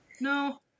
no